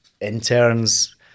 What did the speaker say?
interns